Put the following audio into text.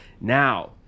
Now